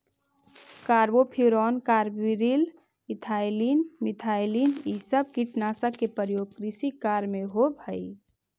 carbofuran, carbaryl, ethylene, methylene इ सब कीटनाशक के प्रयोग कृषि कार्य में होवऽ हई